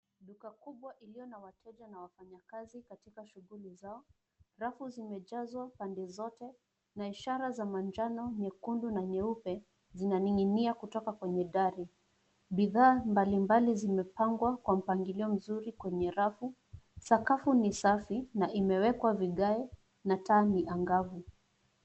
Duka kubwa iliyo na wateja na wafanyakazi katika shughuli zao. Rafu zimejazwa pande zote na ishara za manjano, nyekundu na nyeupe zinaning'inia kutoka kwenye dari. Bidhaa mbalimbali zimepangwa kwa mpangilio mzuri kwenye rafu. Sakafu ni safi na imewekwa vigae na taa ni angavu.